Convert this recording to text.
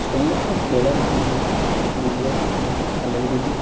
ସମୁଦ୍ର ବେଳାଭୂମିରେ ବୁଲିବାକୁ ଖୁବ୍ ଆନନ୍ଦ ଦିଏ